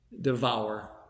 devour